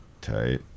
Tight